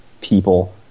people